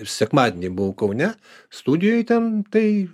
ir sekmadienį buvau kaune studijoj ten tai